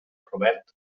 robert